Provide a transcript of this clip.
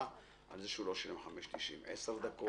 על זה שהוא לא שילם 5.90 - 10 דקות,